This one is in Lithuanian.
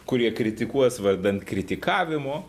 kurie kritikuos vardan kritikavimo